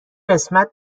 قسمت